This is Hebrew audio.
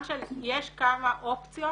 יש כמה אופציות,